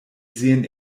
sehen